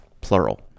Plural